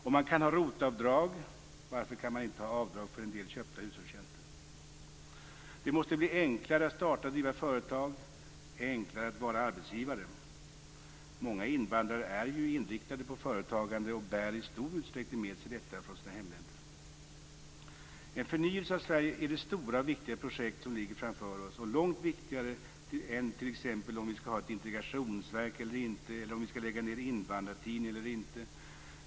Om man kan ha ROT-avdrag, varför kan man inte ha avdrag för en del köpta hushållstjänster? Det måste bli enklare att starta och driva företag, enklare att vara arbetsgivare. Många invandrare är inriktade på företagande och bär i stor utsträckning med sig detta från sina hemländer. En förnyelse av Sverige är det stora och viktiga projekt som ligger framför oss och det är långt viktigare än t.ex. om vi skall ha ett integrationsverk eller inte, om vi skall lägga ned Invandrartidningen eller inte.